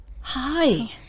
Hi